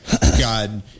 God